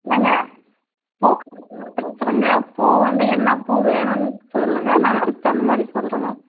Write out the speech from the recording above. ஏங்க பூ கடைக்காரர் பேசுகிறேங்க பூ வந்து என்ன பூ வேணுமுன்னு சொல்லுங்க நான் அதுக்கு தகுந்தமாதிரி சொல்கிறேங்க